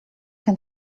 can